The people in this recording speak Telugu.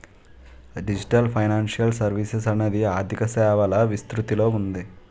డిజిటల్ ఫైనాన్షియల్ సర్వీసెస్ అనేది ఆర్థిక సేవల విస్తృతిలో ఉంది